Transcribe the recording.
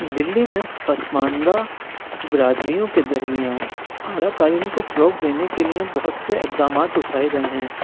دلی میں پسماندہ برادریوں کے درمیان اعلیٰ تعلیم کو فروغ دینے کے لئے بہت سے اقدامات اٹھائے گئے ہیں